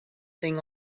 thing